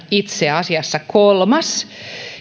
itse asiassa kolmas